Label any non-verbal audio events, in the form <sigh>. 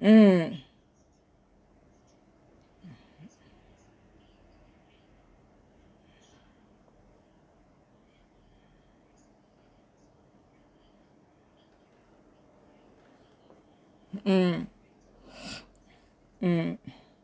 mm mm mm <breath> mm